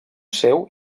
seu